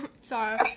Sorry